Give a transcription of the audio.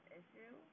issue